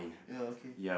ya okay